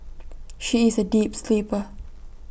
she is A deep sleeper